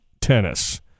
tennis